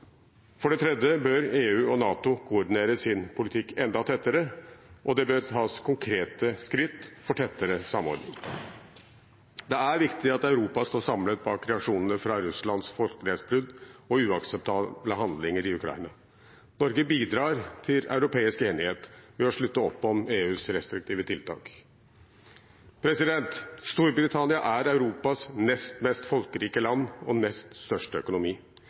enda tettere, og det bør tas konkrete skritt for tettere samordning. Det er viktig at Europa står samlet bak reaksjonene på Russland folkerettsbrudd og uakseptable handlinger i Ukraina. Norge bidrar til europeisk enighet ved å slutte opp om EUs restriktive tiltak. Storbritannia er Europas nest mest folkerike land og nest største økonomi.